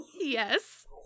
Yes